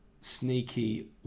sneaky